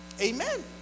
amen